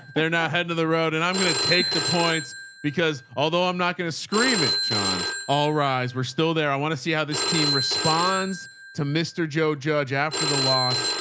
they're not heading to the road and i'm going to take the points because although i'm not going to scream it, sean, all rise. we're still there. i want to see how this team responds to mr. joe judge, after the loss